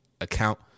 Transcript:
account